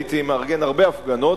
הייתי מארגן הרבה הפגנות.